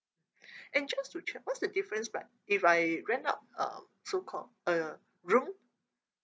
and just to check what's the difference but if I rent out um so called uh room